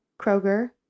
Kroger